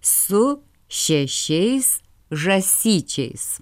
su šešiais žąsyčiais